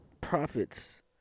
profits